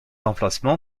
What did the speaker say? emplacement